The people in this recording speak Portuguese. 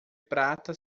prata